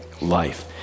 life